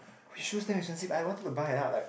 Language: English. his shoes damn expensive I wanted to buy and then I like